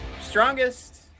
strongest